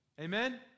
Amen